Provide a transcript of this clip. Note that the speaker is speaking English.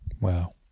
Wow